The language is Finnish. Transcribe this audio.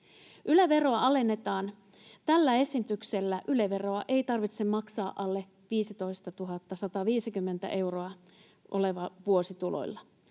Yle-veroa alennetaan. Tällä esityksellä Yle-veroa ei tarvitse maksaa alle 15 150 euroa olevan vuosituloilla.